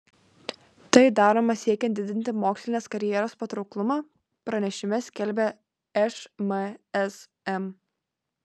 tai daroma siekiant didinti mokslinės karjeros patrauklumą pranešime skelbia šmsm